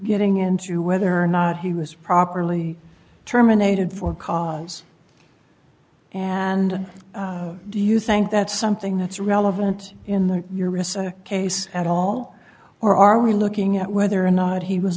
getting into whether or not he was properly terminated for cause and do you think that's something that's relevant in the your wrists case at all or are we looking at whether or not he was